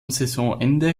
saisonende